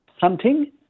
hunting